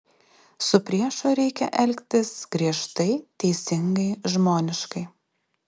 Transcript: su priešu reikia elgtis griežtai teisingai žmoniškai